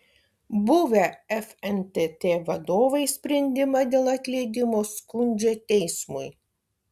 buvę fntt vadovai sprendimą dėl atleidimo skundžia teismui